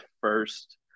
first